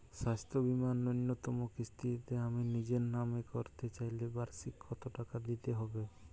স্বাস্থ্য বীমার ন্যুনতম কিস্তিতে আমি নিজের নামে করতে চাইলে বার্ষিক কত টাকা দিতে হবে?